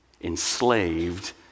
enslaved